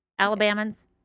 Alabamans